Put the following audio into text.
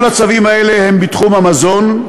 כל הצווים האלה הם בתחום המזון,